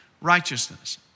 righteousness